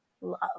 love